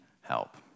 help